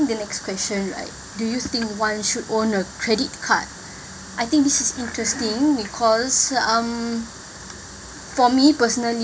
the next question right do you think one should own a credit card I think this is interesting because um for me personally